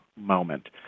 moment